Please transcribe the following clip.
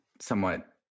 somewhat